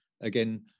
again